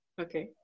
Okay